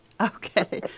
Okay